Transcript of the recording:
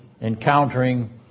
encountering